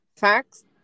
facts